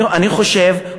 אני חושב,